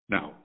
Now